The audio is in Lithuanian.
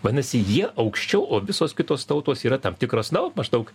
vadinasi jie aukščiau o visos kitos tautos yra tam tikros na maždaug